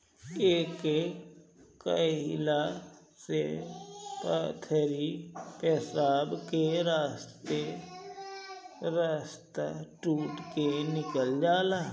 एके खाएला से पथरी पेशाब के रस्ता टूट के निकल जाला